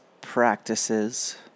practices